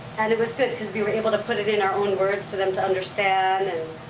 and it was good, cause we were able to put it in our own words for them to understand.